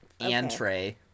Entree